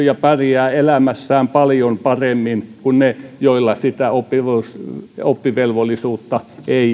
ja pärjäävät elämässään paljon paremmin kuin ne joilla sitä oppivelvollisuutta